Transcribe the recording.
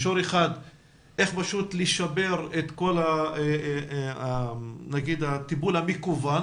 מישור אחד הוא איך לשפר את כל הטיפול המקוון